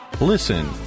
Listen